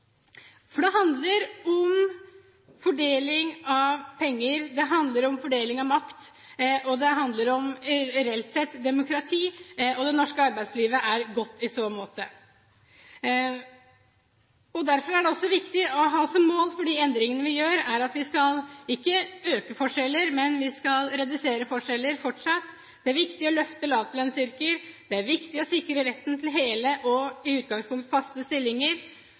for det handler om fordeling av penger, det handler om fordeling av makt, og det handler om – reelt sett – demokrati. Det norske arbeidslivet er godt i så måte. Derfor er det også viktig å ha som mål for de endringene vi gjør, at vi ikke skal øke forskjellene, men vi skal redusere forskjellene – fortsatt. Det er viktig å løfte lavlønnsyrker, det er viktig å sikre retten til hele og – i utgangspunktet – faste stillinger.